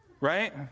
right